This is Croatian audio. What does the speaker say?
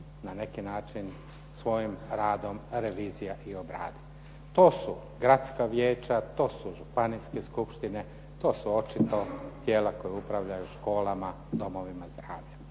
na neki način svojim radom revizija i obradi. To su gradska vijeća, to su županijske skupštine, to su očito tijela koja upravljaju školama, domovima zdravlja.